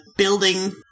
building